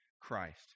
Christ